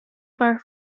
far